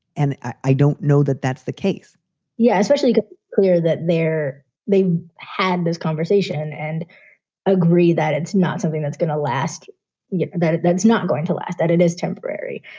and i don't know that that's the case yeah. especially clear that there they had this conversation. and i agree that it's not something that's going to last yeah about it. that's not going to last that it is temporary.